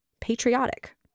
patriotic